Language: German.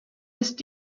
ist